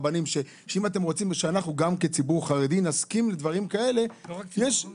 אם אתם רוצים שאנחנו כציבור חרדי גם נסכים לזה -- לא רק ציבור חרדי.